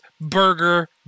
burger